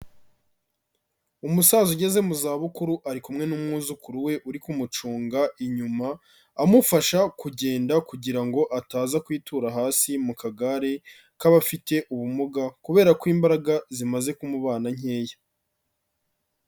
Umusaza ugeze mu zabukuru ari kumwe n'umwuzukuru we uri kumucunga inyuma, amufasha kugenda kugira ngo ataza kwitura hasi mu kagare k'abafite ubumuga kubera ko imbaraga zimaze kumubana nkeya.